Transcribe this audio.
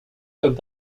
cut